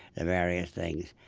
the various things.